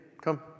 Come